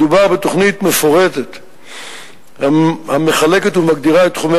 מדובר בתוכנית מפורטת המחלקת ומגדירה את תחומי